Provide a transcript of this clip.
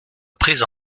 prises